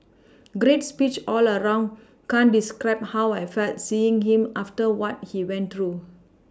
great speech all around can't describe how I felt seeing him after what he went through